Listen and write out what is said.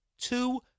two